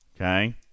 Okay